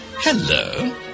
Hello